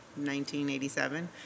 1987